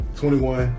21